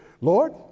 Lord